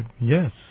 yes